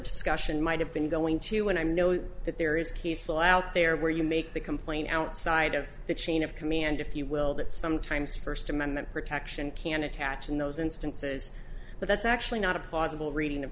discussion might have been going to and i know that there is kiesel out there where you make the complaint outside of the chain of command if you will that sometimes first amendment protection can attach in those instances but that's actually not a plausible reading